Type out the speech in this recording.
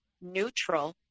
neutral